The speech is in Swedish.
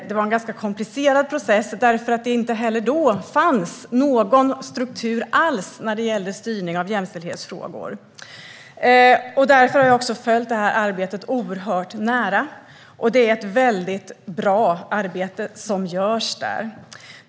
Det var en ganska komplicerad process. Inte heller då fanns det någon struktur för styrningen av jämställdhetsfrågor. Därför följde jag det arbetet oerhört nära, och arbetet som görs där är väldigt bra.